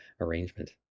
arrangement